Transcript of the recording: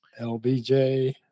lbj